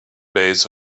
base